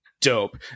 dope